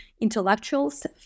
Intellectuals